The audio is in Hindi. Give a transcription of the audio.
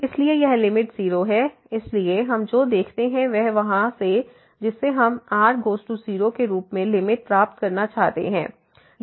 इसलिए यह लिमिट 0 है इसलिए हम जो देखते हैं वह यहाँ से है जिसे हम r→0 के रूप में लिमिट प्राप्त करना चाहते हैं